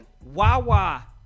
Wawa